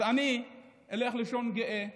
אז אני אלך לישון גאה,